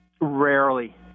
Rarely